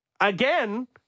again